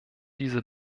diese